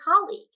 colleague